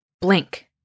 blink